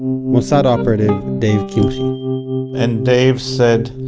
mossad operative dave kimche and dave said,